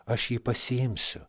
aš jį pasiimsiu